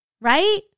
right